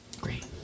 Great